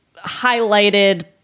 highlighted